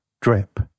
drip